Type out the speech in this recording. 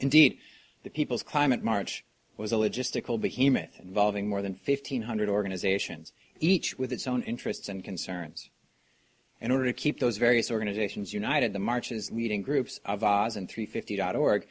indeed the people's climate march was a logistical behemoth involving more than fifteen hundred organizations each with its own interests and concerns in order to keep those various organizations united the marches leading groups of oz and three fifty dot org